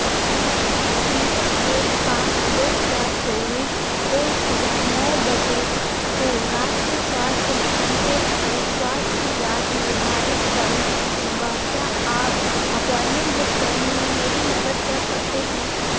मैं एक पाँच दो हज़ार चौबीस को सुबह नौ बजे को राष्ट्रीय स्वास्थ्य मिशन के तहत स्वास्थ्य जाँच निर्धारित करना चाहूँगा क्या आप अपॉइंटमेंट बुक करने में मेरी मदद कर सकते हैं